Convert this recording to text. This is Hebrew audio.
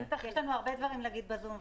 יש לנו הרבה דברים להגיד בזום,